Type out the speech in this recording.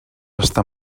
estar